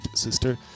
sister